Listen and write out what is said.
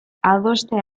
adostea